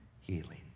Healing